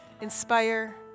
Inspire